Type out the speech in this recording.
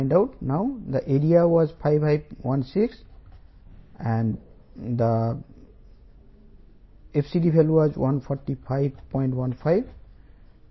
65 kN 800 kN అందువల్ల column సురక్షితం